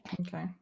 Okay